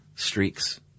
streaks